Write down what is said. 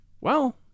Well